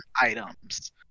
items